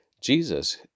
Jesus